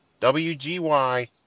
wgy